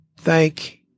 thank